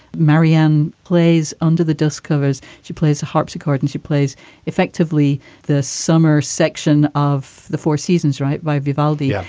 marianne plays under the dust covers. she plays harpsichord and she plays effectively the summer section of the four seasons right by vivaldi. yeah